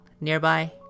nearby